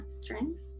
strengths